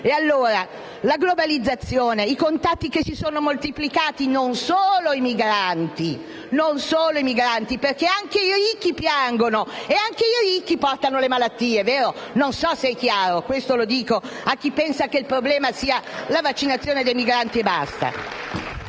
allora alla globalizzazione e ai contatti che si sono moltiplicati, ma non solo ai migranti perché anche i ricchi piangono e anche i ricchi portano le malattie, non so se è chiaro, lo dico a chi pensa che il problema sia solo la vaccinazione dei migranti.